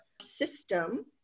system